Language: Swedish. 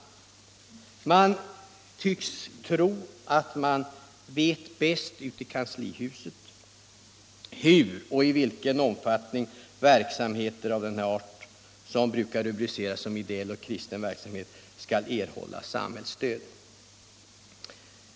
Man tycks tro att kanslihuset vet bäst hur och i vilken omfattning verksamheter av den art som brukar rubriceras som ideell och kristen verksamhet skall erhålla samhällsstöd.